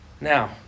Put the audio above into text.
Now